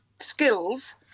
skills